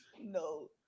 No